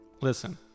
listen